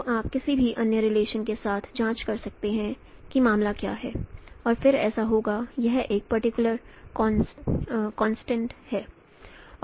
तो आप किसी भी अन्य रिलेशन के साथ जांच कर सकते हैं कि मामला क्या है और फिर ऐसा होगा यह एक पर्टिकुलर कनसट्रेनड है कि एक स्केल फैक्टर है